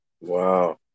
Wow